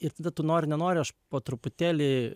ir tada tu nori nenori aš po truputėlį